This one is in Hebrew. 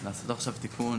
לעשות עכשיו תיקון